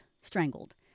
strangled